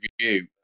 review